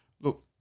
Look